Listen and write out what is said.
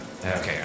Okay